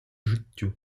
життю